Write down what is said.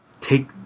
take